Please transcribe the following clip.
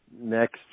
next